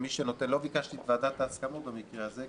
לא ביקשתי את ועדת ההסכמות במקרה הזה,